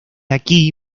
aquí